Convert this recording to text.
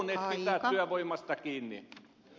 kyllä näin voi sanoa